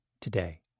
today